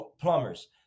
plumbers